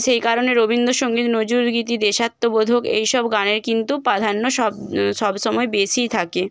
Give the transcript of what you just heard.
সেই কারণে রবীন্দ্রসঙ্গীত নজরুলগীতি দেশাত্মবোধক এই সব গানের কিন্তু প্রাধান্য সব সব সময় বেশিই থাকে